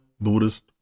buddhist